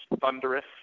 thunderous